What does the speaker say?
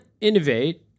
innovate